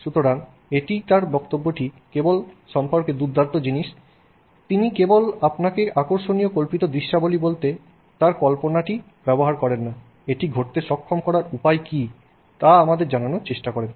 সুতরাং এটিই তাঁর বক্তব্যটি সম্পর্কে দুর্দান্ত জিনিস তিনি কেবল আপনাকে আকর্ষণীয় কল্পিত দৃশ্যাবলী বলতে তাঁর কল্পনাটি ব্যবহার করেন না এটি ঘটতে সক্ষম করার উপায় কী তা আমাদের জানানোর চেষ্টা করেন